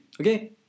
Okay